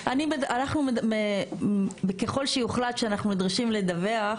אנחנו, ככל שיוחלט שאנחנו נדרשים לדווח,